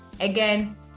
Again